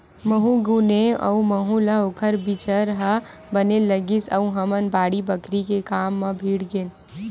महूँ गुनेव अउ महूँ ल ओखर बिचार ह बने लगिस अउ हमन बाड़ी बखरी के काम म भीड़ गेन